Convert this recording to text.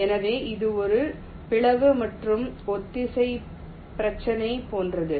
எனவே இது ஒரு பிளவு மற்றும் ஒத்திசைவு பிரச்சினை போன்றது